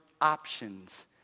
options